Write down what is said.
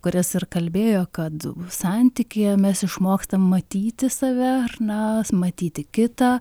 kuris ir kalbėjo kad santykyje mes išmokstam matyti save ar na matyti kitą